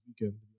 weekend